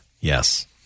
Yes